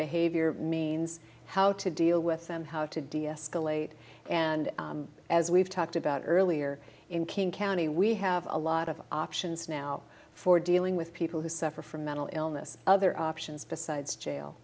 behavior means how to deal with them how to deescalate and as we've talked about earlier in king county we have a lot of options now for dealing with people who suffer from mental illness other options besides jail